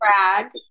brag